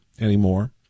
anymore